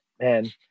man